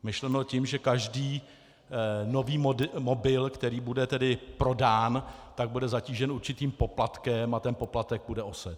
Myšleno tím, že každý nový mobil, který bude prodán, tak bude zatížen určitým poplatkem a ten poplatek půjde Ose.